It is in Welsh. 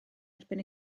erbyn